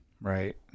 Right